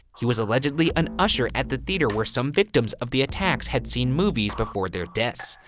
he was allegedly an usher at the theater where some victims of the attacks had seen movies before their deaths,